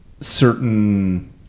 certain